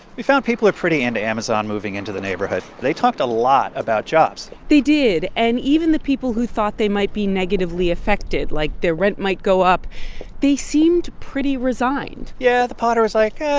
we found people are pretty into and amazon moving into the neighborhood. they talked a lot about jobs they did. and even the people who thought they might be negatively affected like, their rent might go up they seemed pretty resigned yeah. the potter was like,